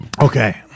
Okay